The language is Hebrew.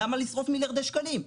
למה לשרוף מיליארדי שקלים?